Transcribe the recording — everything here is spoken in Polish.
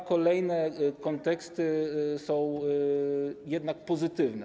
Dwa kolejne konteksty są jednak pozytywne.